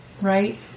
Right